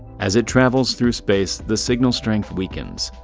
as it travels through space, the signal strength weakens.